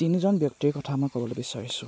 তিনিজন ব্যক্তিৰ কথা মই ক'বলৈ বিচাৰিছোঁ